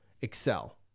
excel